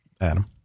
Adam